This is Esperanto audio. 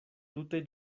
tute